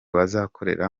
bazakorera